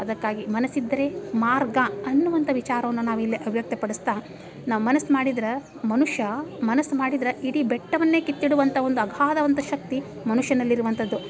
ಅದಕ್ಕಾಗಿ ಮನಸಿದ್ದರೆ ಮಾರ್ಗ ಅನ್ನುವಂಥ ವಿಚಾರವನ್ನು ನಾವು ಇಲ್ಲಿ ಅಭಿವ್ಯಕ್ತ ಪಡಿಸ್ತಾ ನಾವು ಮನಸು ಮಾಡಿದ್ರೆ ಮನುಷ್ಯ ಮನಸು ಮಾಡಿದ್ರೆ ಇಡಿ ಬೆಟ್ಟವನ್ನೇ ಕಿತ್ತಿಡುವಂಥ ಒಂದು ಅಗಾಧವಂಥ ಶಕ್ತಿ ಮನುಷ್ಯನಲ್ಲಿ ಇರುವಂಥದ್ದು